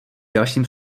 dalším